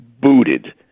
booted